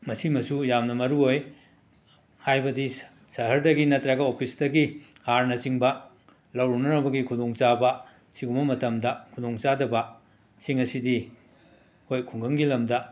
ꯃꯁꯤꯃꯁꯨ ꯌꯥꯝꯅ ꯃꯔꯨ ꯑꯣꯏ ꯍꯥꯏꯕꯗꯤ ꯁ ꯁꯍꯔꯗꯒꯤ ꯅꯠꯇ꯭ꯔꯒ ꯑꯣꯄꯤꯁꯇꯒꯤ ꯍꯥꯔꯅꯆꯤꯡꯕ ꯂꯧꯔꯨꯅꯅꯕꯒꯤ ꯈꯨꯗꯣꯡꯆꯥꯕ ꯑꯁꯤꯒꯨꯝꯕ ꯃꯇꯝꯗ ꯈꯨꯗꯣꯡꯆꯥꯗꯕꯁꯤꯡ ꯑꯁꯤꯗꯤ ꯑꯩꯈꯣꯏ ꯈꯨꯡꯒꯪꯒꯤ ꯂꯝꯗ